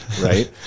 right